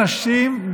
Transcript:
אנשים,